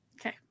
Okay